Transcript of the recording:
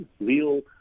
real